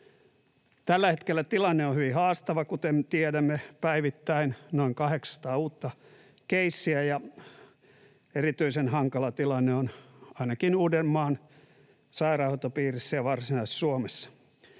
Tällä hetkellä tilanne on hyvin haastava, kuten tiedämme. Päivittäin on noin 800 uutta keissiä, ja erityisen hankala tilanne on ainakin Uudenmaan sairaanhoitopiirissä ja Varsinais-Suomessa.